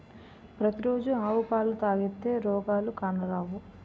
పతి రోజు ఆవు పాలు తాగితే రోగాలు కానరావు